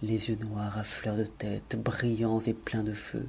les yeux noirs à fleur de tête mtauts et pleins de feu